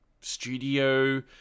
studio